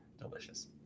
delicious